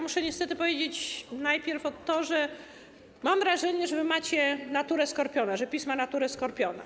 Muszę niestety powiedzieć najpierw to, że mam wrażenie, że wy macie naturę skorpiona, że PiS ma naturę skorpiona.